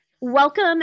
Welcome